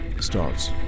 starts